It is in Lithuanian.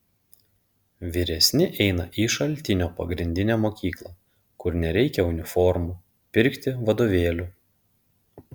vyresni eina į šaltinio pagrindinę mokyklą kur nereikia uniformų pirkti vadovėlių